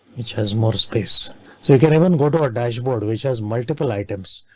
which has more space so you can even go to a dashboard which has multiple items.